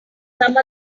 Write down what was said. some